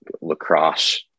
lacrosse